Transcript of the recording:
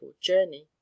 journey